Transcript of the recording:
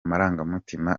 marangamutima